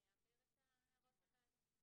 אני אעביר את הערות הוועדה.